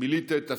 מילאת את תפקידך.